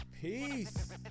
Peace